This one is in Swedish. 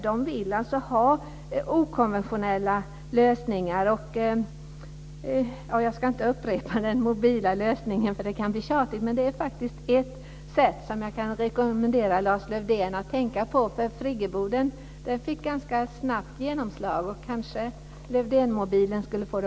De vill alltså ha okonventionella lösningar. Jag ska inte upprepa den mobila lösningen, eftersom det kan bli tjatigt. Men det är faktiskt ett sätt som jag kan rekommendera Lars-Erik Lövdén att tänka på. Friggeboden fick ett ganska snabbt genomslag. Kanske Lövdénmobilen också skulle få det.